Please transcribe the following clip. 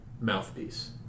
Mouthpiece